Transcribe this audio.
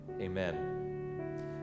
Amen